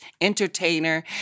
entertainer